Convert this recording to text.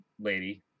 lady